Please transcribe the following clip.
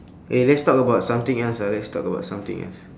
eh let's talk about something else lah let's talk about something else